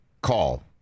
call